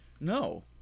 no